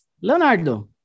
Leonardo